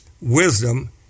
wisdom